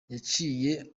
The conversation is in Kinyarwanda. yaciye